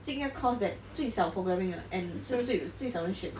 进一个 course that 最小 programming and so that 最少人选的